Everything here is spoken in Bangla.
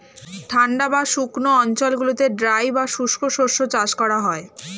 ঠান্ডা বা শুকনো অঞ্চলগুলিতে ড্রাই বা শুষ্ক শস্য চাষ করা হয়